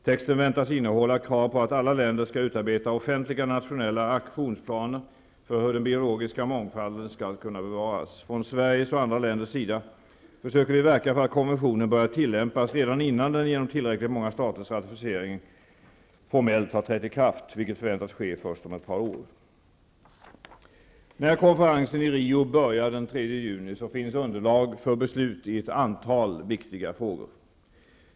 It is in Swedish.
Texten väntas innehålla krav på att alla länder skall utarbeta offentliga nationella aktionsplaner för hur den biologiska mångfalden skall kunna bevaras. Från Sveriges och andra länders sida försöker vi verka för att konventionen skall börja tillämpas redan innan den genom tillräckligt många staters ratificeringar formellt har trätt i kraft, vilket förväntas ske först om ett par år. När konferensen i Rio börjar den 3 juni finns underlag för beslut i ett antal viktiga frågor.